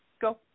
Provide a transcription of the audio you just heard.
go